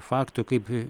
faktų kaip